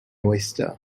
oyster